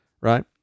right